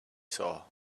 saw